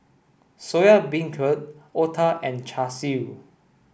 Soya Beancurd Otah and Char Siu